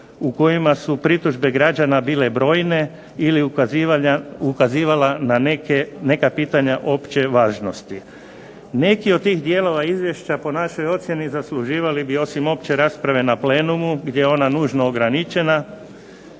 u kojima su pritužbe građana bile brojne, ili ukazivala na neka pitanja opće važnosti. Neki od tih dijelova izvješća po našoj ocjeni zasluživali bi osim opće rasprave na plenumu, gdje je ona nužno ograničena,